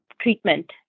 treatment